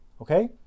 Okay